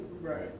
Right